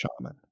shaman